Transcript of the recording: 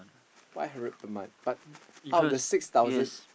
five hundred per month but out of the six thousand